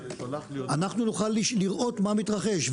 אנחנו נוכל לראות מה מתרחש,